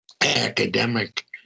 academic